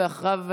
ואחריו,